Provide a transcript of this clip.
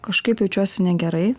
kažkaip jaučiuosi negerai